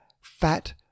fat